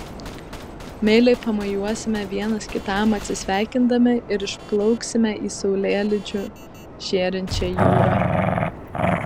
meiliai pamojuosime vienas kitam atsisveikindami ir išplauksime į saulėlydžiu žėrinčią jūrą